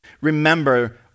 remember